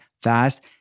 fast